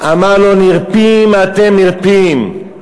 אמר לו: נרפים אתם, נרפים,